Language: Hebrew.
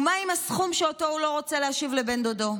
ומה עם הסכום שהוא לא רוצה להשיב לבן דודו?